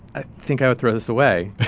i think i would throw this away